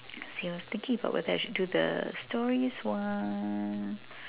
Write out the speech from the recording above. same thinking about whether I should do the stories one